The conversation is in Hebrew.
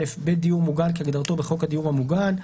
בית דיור מוגן כהגדרתו בחוק הדיור המוגן,